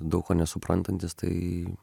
daug ko nesuprantantis tai